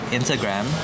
Instagram